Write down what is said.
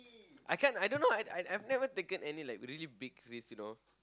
I can't I don't know I I've never taken any like really big risk you know